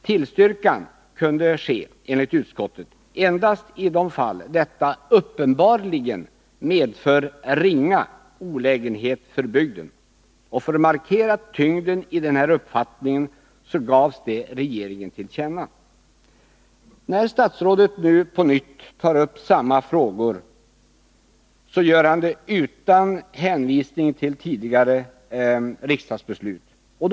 Tillstyrkan kunde enligt utskottet ske endast i de fall detta uppenbarligen medför ringa olägenhet för bygden. För att markera tyngden i denna uppfattning gavs regeringen detta till känna. Närstatsrådet nu på nytt tar upp samma frågor gör han det utan hänvisning till det tidigare riksdagsbeslutet.